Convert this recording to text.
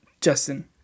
Justin